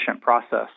process